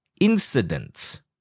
incidents